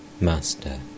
Master